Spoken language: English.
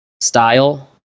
style